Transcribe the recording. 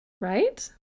right